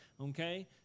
Okay